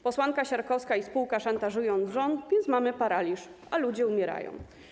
Posłanka Siarkowska i spółka szantażują rząd, więc mamy paraliż, a ludzie umierają.